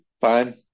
fine